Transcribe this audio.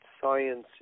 science